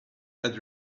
had